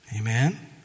Amen